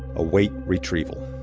await retrieval